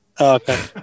Okay